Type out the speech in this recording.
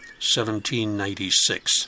1796